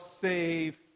save